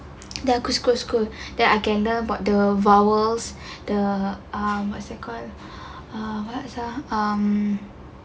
then aku scroll scroll then I can learn about the vowel the um what is that call what is that !huh!